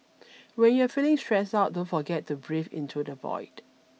when you are feeling stressed out don't forget to breathe into the void